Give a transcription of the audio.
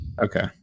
Okay